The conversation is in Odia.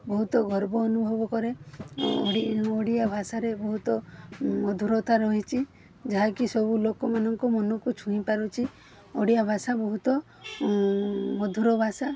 ବହୁତ ଗର୍ବ ଅନୁଭବ କରେ ଓଡ଼ି ଓଡ଼ିଆ ଭାଷାରେ ବହୁତ ମଧୁରତା ରହିଛି ଯାହାକି ସବୁ ଲୋକମାନଙ୍କ ମନକୁ ଛୁଇଁ ପାରୁଛି ଓଡ଼ିଆ ଭାଷା ବହୁତ ମଧୁର ଭାଷା